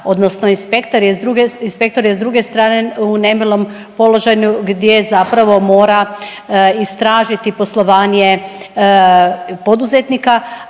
odnosno inspektor je s druge strane u nemilom položaju gdje zapravo mora istražiti poslovanje poduzetnika,